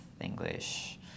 English